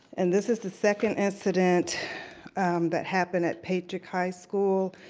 and this is the second incident that happened at patriot high school.